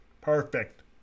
perfect